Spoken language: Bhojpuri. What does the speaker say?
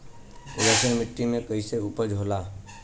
उदासीन मिट्टी में कईसन उपज होला?